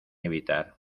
evitar